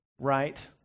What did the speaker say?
right